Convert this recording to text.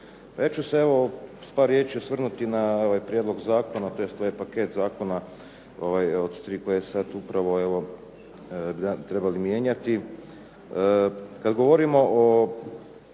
ću se evo s par riječi osvrnuti na ovaj prijedlog zakona, tj. ovaj paket zakona od tri koje sad upravo bi trebali mijenjati.